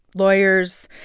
lawyers.